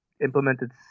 implemented